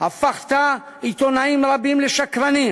הפכת עיתונאים רבים לשקרנים,